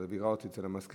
אבל ביררתי במזכירות.